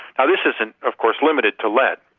now, this isn't of course limited to lead.